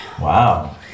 Wow